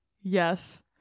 yes